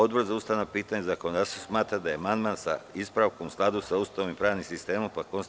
Odbor za ustavna pitanja i zakonodavstvo smatra da je amandman sa ispravkom u skladu sa Ustavom i pravnim sistemom Republike Srbije.